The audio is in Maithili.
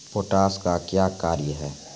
पोटास का क्या कार्य हैं?